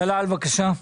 בבקשה,